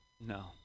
No